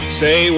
say